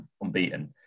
unbeaten